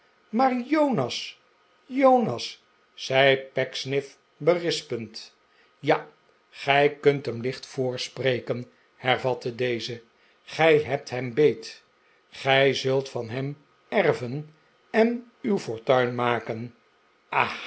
maar jonas jonas zei pecksniff berispend ja gij kunt hem licht voorspreken hervatte deze gij hebt hem beet gij zult van hem erven en uw fortuin makeh